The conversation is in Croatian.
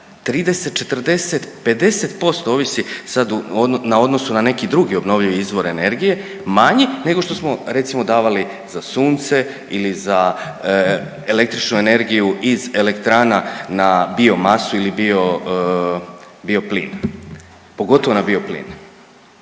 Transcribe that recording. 30, 40, 50% ovisi sad na odnosu na neki drugi obnovljivi izvor energije manji nego što smo recimo davali za sunce ili za električnu energiju iz elektrana na bio masu ili bio, bio plin, pogotovo na bio plin.